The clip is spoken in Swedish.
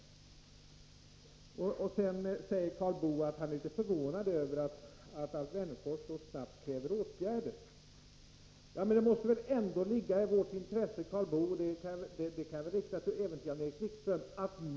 Karl Boo säger att han är förvånad över att Alf Wennerfors så snart kräver åtgärder.